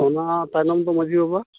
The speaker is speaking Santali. ᱚᱱᱟ ᱛᱟᱭᱱᱚᱢ ᱫᱚ ᱢᱟᱺᱡᱷᱤ ᱵᱟᱵᱟ